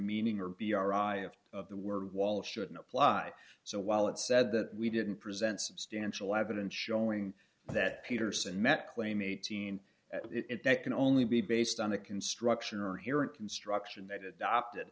meaning or b r i have of the word wall shouldn't apply so while it said that we didn't present substantial evidence showing that peterson met claim eighteen at it that can only be based on a construction or here and construction that adopted